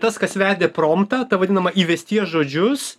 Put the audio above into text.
tas kas vedė promptą tą vadinamą įvesties žodžius